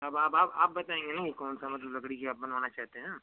अब आप आप आप बताएँगे ना कि कौन सा मतलब लकड़ी के आप बनवाना चाहते हैं